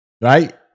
Right